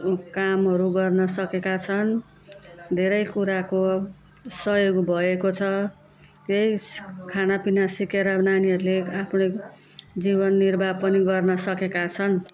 कामहरू गर्न सकेका छन् धेरै कुराको सहयोग भएको छ त्यही खानापिना सिकेर नानीहरूले आफ्नो जीवन निर्वाह पनि गर्न सकेका छन्